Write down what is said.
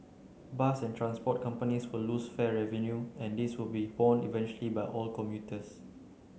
bus and transport companies will lose fare revenue and this will be borne eventually by all commuters